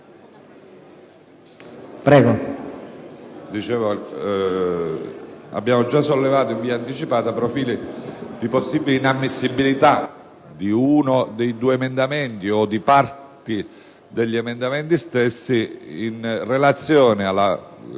Morando ha sollevato in via anticipata profili di possibile inammissibilità di uno dei due emendamenti, o di parti degli emendamenti presentati, in relazione alla